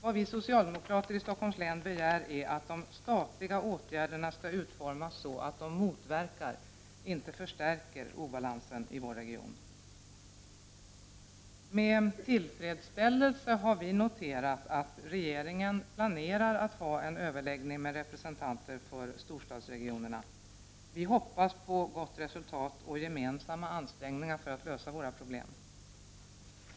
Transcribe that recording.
Det vi socialdemokrater i Stockholms län begär är att de statliga åtgärderna skall utformas så att de motverkar, inte förstärker, obalansen i vår region. Vi har med tillfredsställelse noterat att regeringen planerar att ha en överläggning med representanter för storstadsregionerna. Vi hoppas på gott resultat och gemensamma ansträngningar för att lösa våra problem.